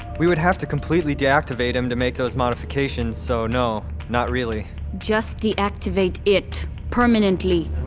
we would have to completely deactivate him to make those modifications, so no, not really just deactivate it, permanently